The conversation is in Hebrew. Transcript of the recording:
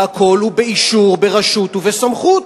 והכול באישור, ברשות ובסמכות.